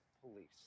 Police